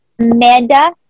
Amanda